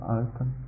open